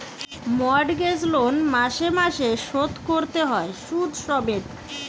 mortgage loan মাসে মাসে শোধ কোরতে হয় শুধ সমেত